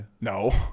no